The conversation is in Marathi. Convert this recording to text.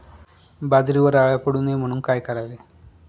बाजरीवर अळ्या पडू नये म्हणून काय करावे?